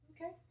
Okay